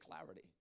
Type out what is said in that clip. clarity